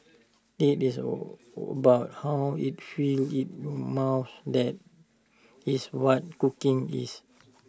IT is about how IT feels in your mouth that is what cooking is